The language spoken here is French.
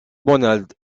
bonald